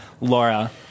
Laura